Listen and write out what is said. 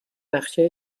نقشه